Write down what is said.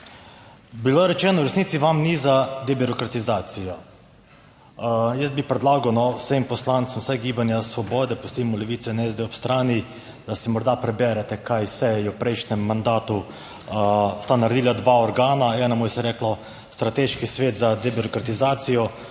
Bilo rečeno, v resnici vam ni za debirokratizacijo. Jaz bi predlagal vsem poslancem vsaj Gibanja svobode, pustimo Levica in SD ob strani, da si morda preberete kaj vse je v prejšnjem mandatu sta naredila dva organa, enemu se je reklo Strateški svet za debirokratizacijo,